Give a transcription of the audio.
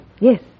Yes